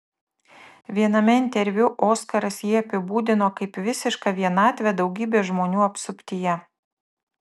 viename interviu oskaras jį apibūdino kaip visišką vienatvę daugybės žmonių apsuptyje